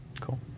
Cool